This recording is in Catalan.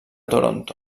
toronto